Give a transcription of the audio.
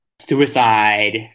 suicide